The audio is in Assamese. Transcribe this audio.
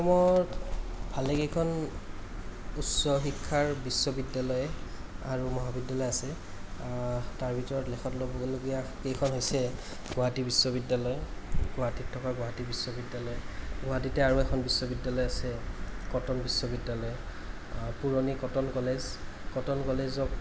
গুৱাহাটীত থকা গুৱাহাটী বিশ্ববিদ্য়ালয় গুৱাহাটীতে আৰু এখন বিশ্ববিদ্য়ালয় আছে কটন বিশ্ববিদ্য়ালয় পুৰণি কটন কলেজ কটন কলেজক